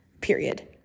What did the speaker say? period